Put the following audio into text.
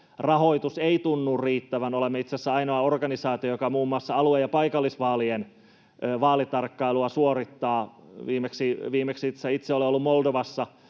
rahoitus ei tunnu riittävän. Olemme itse asiassa ainoa organisaatio, joka muun muassa alue- ja paikallisvaalien vaalitarkkailua suorittaa. Viimeksi itse olen ollut Moldovassa,